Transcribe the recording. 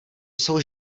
jsou